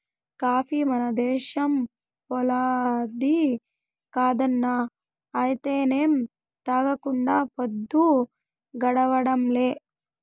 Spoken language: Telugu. కాఫీ మన దేశంపోల్లది కాదన్నా అయితేనేం తాగకుండా పద్దు గడవడంలే